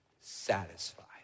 satisfied